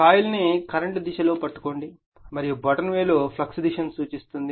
coil ను current దిశ లో పట్టుకోండి మరియు బొటనవేలు ఫ్లక్స్ దిశను సూచిస్తుంది